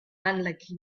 unlucky